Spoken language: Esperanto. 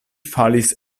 falis